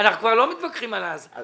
אנחנו כבר לא מתווכחים על ההשגות.